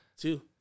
Two